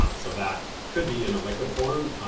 um so that could be in a liquid form,